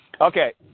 Okay